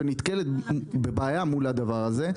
ונתקלת בבעיה מול הדבר הזה.